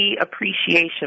Appreciation